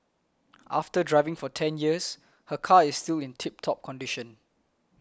after driving for ten years her car is still in tip top condition